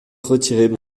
retirer